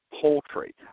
poultry